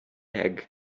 egg